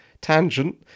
tangent